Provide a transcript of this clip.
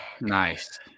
nice